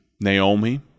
Naomi